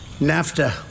NAFTA